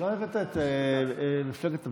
הבאת את "מפלגת הבג"ץ"?